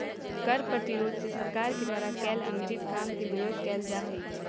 कर प्रतिरोध से सरकार के द्वारा कैल अनुचित काम के विरोध कैल जा हई